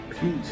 Peace